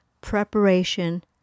preparation